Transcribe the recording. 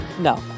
No